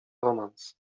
romans